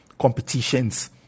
competitions